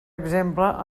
exemple